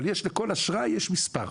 אבל לכל אשרה יש מספר.